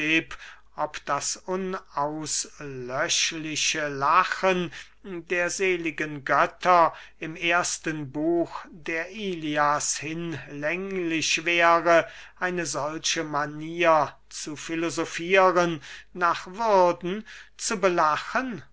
ob das unauslöschliche lachen der seligen götter im ersten buch der ilias hinlänglich wäre eine solche manier zu filosofieren nach würden zu belachen